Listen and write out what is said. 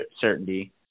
certainty